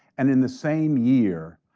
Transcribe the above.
and in the same year,